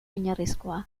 oinarrizkoa